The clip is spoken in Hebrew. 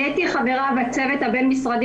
אני הייתי חברה בצוות הבין-משרדי,